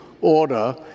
order